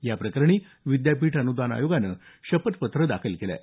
याप्रकरणी विद्यापीठ अनुदान आयोगानं शपथपत्र दाखल केलं आहे